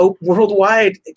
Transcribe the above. worldwide